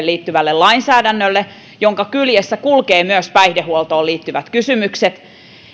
liittyvälle lainsäädännölle jonka kyljessä kulkevat myös päihdehuoltoon liittyvät kysymykset